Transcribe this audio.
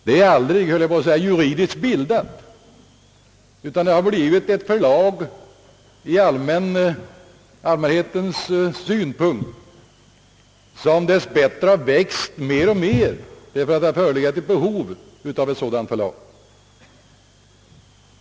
Det är aldrig så att säga juridiskt bildat utan har kommit att uppfattas som ett förlag i allmänhetens ögon; och det har dess bättre vuxit mer och mer därför att det har förelegat ett behov av ett sådant förlag.